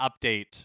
update